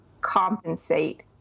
compensate